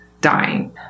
dying